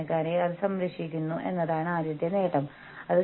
പക്ഷേ അത് സംഭവിച്ചതായി അറിഞ്ഞിട്ടുണ്ട്